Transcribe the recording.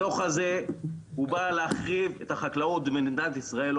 הדוח הזה הוא בא להחריב את החקלאות במדינת ישראל,